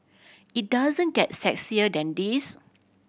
it doesn't get sexier than this